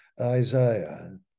isaiah